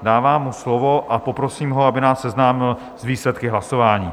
Dávám mu slovo a poprosím ho, aby nás seznámil s výsledky hlasování.